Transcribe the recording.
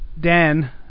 Dan